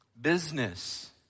Business